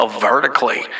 vertically